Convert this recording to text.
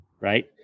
right